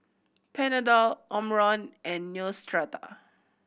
Panadol Omron and Neostrata